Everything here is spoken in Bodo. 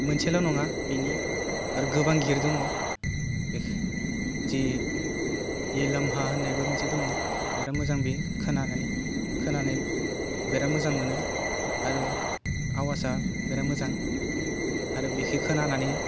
मोनसेल' नङा बिनि आर गोबां गिर दङ बे जि येह लामहा होनायबो मोनसे दङ बेराद मोजां बे खोनानै खोनानो बेराद मोजां मोनो आरो आवासआ बेराद मोजां आरो बेखौ खोनानै